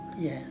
Yes